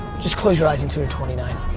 just close your eyes until you're twenty nine.